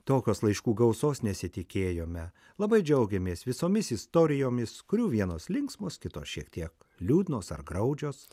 tokios laiškų gausos nesitikėjome labai džiaugiamės visomis istorijomis kurių vienos linksmos kitos šiek tiek liūdnos ar graudžios